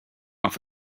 off